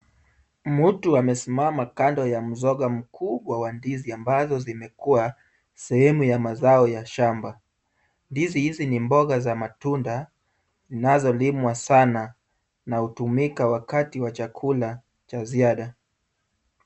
Mtu amesimama kando ya mzoga mkubwa wa ndizi ambazo zimekuwa sehemu ya mazao ya shamba. Ndizi hizi ni mboga za matunda zinazolimwa sana na hutumika wakati wa chakula cha ziada.